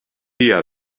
out